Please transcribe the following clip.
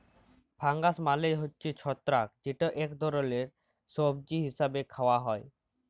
fungus মালে হছে ছত্রাক যেট ইক ধরলের সবজি হিসাবে খাউয়া হ্যয়